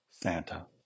Santa